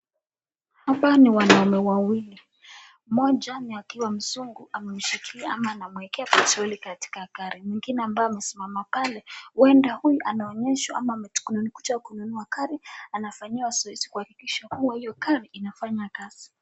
Hapa ni wanaume wawili ,mmoja ni akiwa mzungu amemshikilia ama anamwekea petroli katika gari. Mwingine ambaye amesimama pale huenda huyu anaonyeshwa ama amekuja kununua gari anafanyiwa zoezi kuhakikisha kuwa hio gari inafanya kazi.